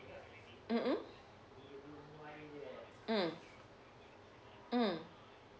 mmhmm mm mm